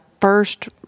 first